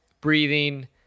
breathing